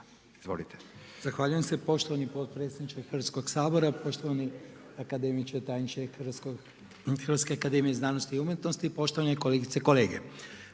Zahvaljujem se poštovani potpredsjedniče Hrvatskog sabora. Poštovani akademiče, tajniče Hrvatske akademije znanosti i umjetnosti, poštovane kolegice i kolege.